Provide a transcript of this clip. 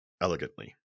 elegantly